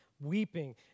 weeping